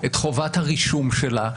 את חובת הרישום שלה,